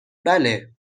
بله